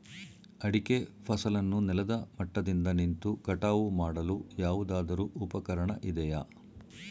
ಅಡಿಕೆ ಫಸಲನ್ನು ನೆಲದ ಮಟ್ಟದಿಂದ ನಿಂತು ಕಟಾವು ಮಾಡಲು ಯಾವುದಾದರು ಉಪಕರಣ ಇದೆಯಾ?